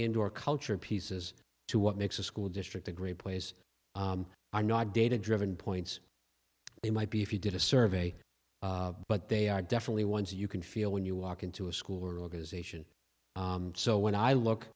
indoor culture pieces to what makes a school district a great plays are not data driven points they might be if you did a survey but they are definitely ones you can feel when you walk into a school or organization so when i look